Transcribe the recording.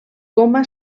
coma